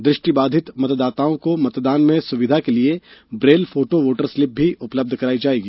दृष्टिबाधित मतदाताओं को मतदान में सुविधा के लिए ब्रेल फोटो वोटर स्लिप भी उपलब्ध कराई जायेगी